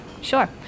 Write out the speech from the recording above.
sure